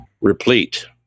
replete